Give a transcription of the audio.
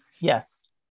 Yes